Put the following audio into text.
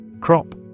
Crop